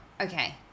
Okay